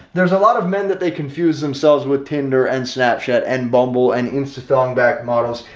there's a lot of men that they confuse themselves with tinder and snapchat and bumble and installing back models.